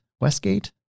Westgate